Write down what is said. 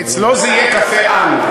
אצלו זה יהיה קפה אן.